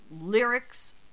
lyrics